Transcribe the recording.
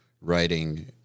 writing